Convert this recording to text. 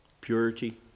Purity